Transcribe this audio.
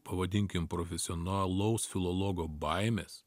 pavadinkim profesionalaus filologo baimės